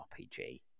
RPG